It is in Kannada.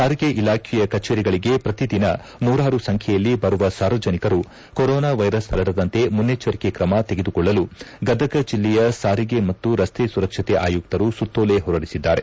ಸಾರಿಗೆ ಇಲಾಖೆಯ ಕಚೇರಿಗಳಿಗೆ ಪ್ರತಿ ದಿನ ನೂರಾರು ಸಂಖ್ಯೆಯಲ್ಲಿ ಬರುವ ಸಾರ್ವಜನಿಕರು ಕೊರೋನಾ ವೈರಸ್ ಪರಡದಂತೆ ಮುನ್ನೆಜ್ವರಿಕೆ ಕ್ರಮ ತೆಗೆದುಕೊಳ್ಳಲು ಗದಗ ಜಿಲ್ಲೆಯ ಸಾರಿಗೆ ಮತ್ತು ರಸ್ತೆ ಸುರಕ್ಷತೆ ಆಯುತ್ತರು ಸುತ್ತೋಲೆ ಹೊರಡಿಸಿದ್ದಾರೆ